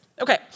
Okay